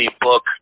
book